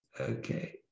Okay